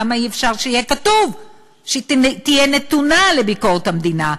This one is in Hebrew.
למה אי-אפשר שיהיה כתוב שהיא תהיה נתונה לביקורת המדינה,